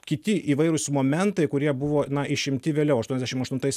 kiti įvairūs momentai kurie buvo išimti vėliau aštuoniasdešim aštuntais